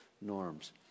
norms